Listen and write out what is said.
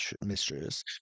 mistress